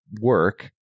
work